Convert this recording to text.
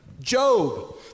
Job